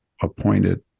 appointed